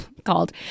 called